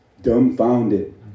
dumbfounded